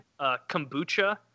kombucha